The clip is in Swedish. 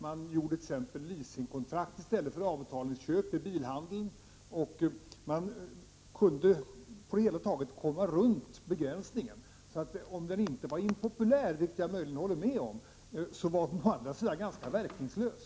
Man kom t.ex. överens om leasingkontrakt i stället för avbetalningsköp i bilhandeln, och man kunde på det hela taget komma runt begränsningen. Om den inte var impopulär — vilket jag möjligen håller med om — var den i alla fall ganska verkningslös.